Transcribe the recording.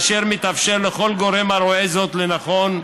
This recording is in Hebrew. ומתאפשר לכל גורם הרואה זאת לנכון,